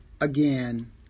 Again